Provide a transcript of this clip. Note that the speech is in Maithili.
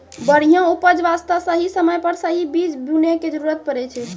बढ़िया उपज वास्तॅ सही समय पर सही बीज बूनै के जरूरत पड़ै छै